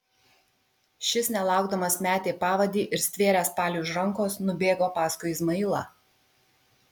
šis nelaukdamas metė pavadį ir stvėręs paliui už rankos nubėgo paskui izmailą